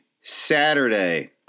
Saturday